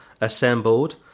assembled